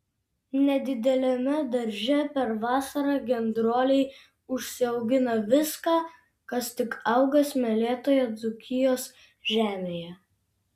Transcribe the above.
nedideliame darže per vasarą gendroliai užsiaugina viską kas tik auga smėlėtoje dzūkijos žemėje